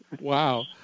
Wow